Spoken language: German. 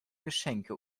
geschenke